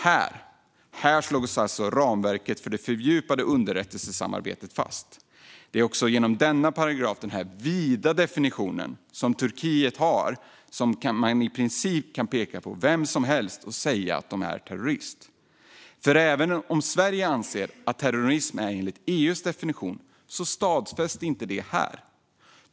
Här slås alltså ramverket för det fördjupade underrättelsesamarbetet fast. Det är också genom denna paragrafs vida definition som Turkiet i princip kan peka på vem som helst och säga att den är terrorist, för även om Sverige anser att det är terrorism enligt EU:s definition stadfästs det inte här att det är så.